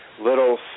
Little